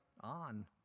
on